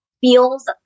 feels